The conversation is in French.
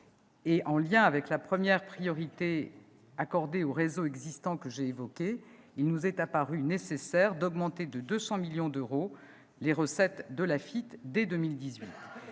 et en lien avec la priorité accordée aux réseaux existants, il nous est apparu nécessaire d'augmenter de 200 millions d'euros les recettes de l'AFITF dès 2018.